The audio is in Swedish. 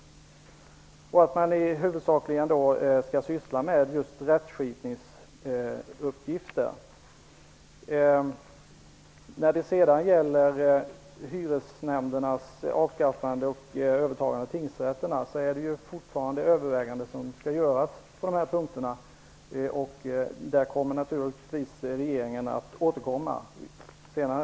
Huvudsakligen skall man syssla med just rättsskipningsuppgifter. När det gäller hyresnämndernas avskaffande och tingsrätternas övertagande skall det fortfarande göras överväganden på dessa punkter. Regeringen kommer naturligtvis att återkomma om detta senare.